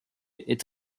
est